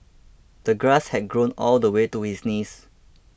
the grass had grown all the way to his knees